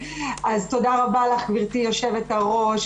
אז תודה רבה לך גברתי יושבת הראש.